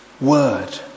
word